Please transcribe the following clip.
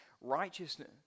righteousness